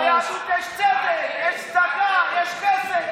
ביהדות יש צדק, יש צדקה, יש חסד.